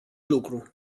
lucru